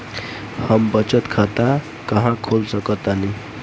हम बचत खाता कहां खोल सकतानी?